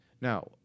Now